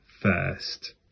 first